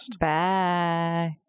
Bye